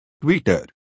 Twitter